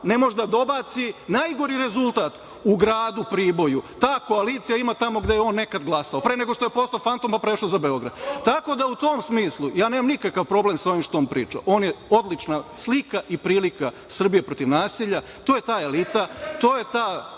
ne može da dobaci najgori rezultat u gradu Priboju. Ta koalicija ima tamo gde je on nekada glasao pre nego što je postao fantom pa prešao za Beograd. Tako da u tom smislu ja nemam nikakav problem sa ovim što je on pričao. On je odlična slika i prilika Srbije protiv nasilja. To je ta elita. To je ta